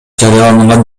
жарыяланган